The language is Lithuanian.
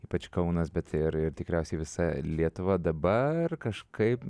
ypač kaunas bet ir ir tikriausiai visa lietuva dabar kažkaip